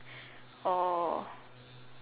or